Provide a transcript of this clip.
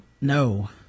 No